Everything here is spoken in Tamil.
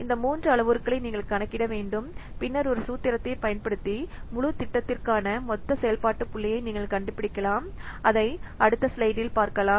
இந்த மூன்று அளவுருக்களை நீங்கள் கணக்கிட வேண்டும் பின்னர் ஒரு சூத்திரத்தைப் பயன்படுத்தி முழு திட்டத்திற்கான மொத்த செயல்பாட்டு புள்ளியை நீங்கள் கண்டுபிடிக்கலாம் அதை அடுத்த ஸ்லைடில் பார்ப்போம்